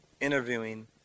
interviewing